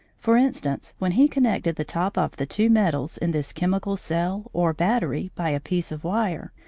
for instance, when he connected the top of the two metals in this chemical cell or battery by a piece of wire,